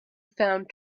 found